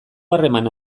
harremana